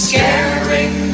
Scaring